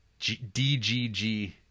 DGG